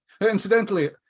incidentally